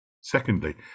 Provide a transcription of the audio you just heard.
Secondly